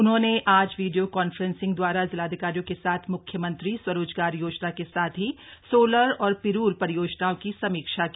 उन्होंने आज video conferencing दवारा जिलाधिकारियों के साथ म्ख्यमंत्री स्वरोजगार योजना के साथ ही सोलर और पिरूल परियोजनाओं की समीक्षा की